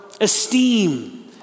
esteem